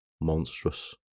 Monstrous